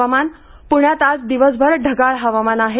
हवामान पुण्यात आज दिवसभर ढगाळ हवामान आहे